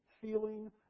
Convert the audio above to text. feeling